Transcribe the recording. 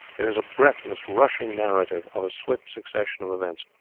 it is a breathless, rushing narrative of a swift succession of events,